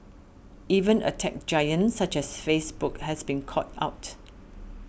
even a tech giant such as Facebook has been caught out